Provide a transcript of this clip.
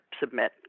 submit